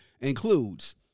includes